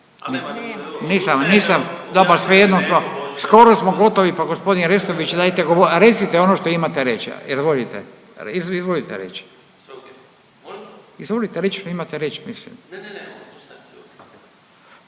Nisam, nisam, dobro, svejedno smo, skoro smo gotovi, pa g. Restović, dajte, recite ono što imate reći. Izvolite. Izvolite reći. .../Upadica